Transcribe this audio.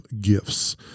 Gifts